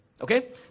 Okay